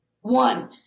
one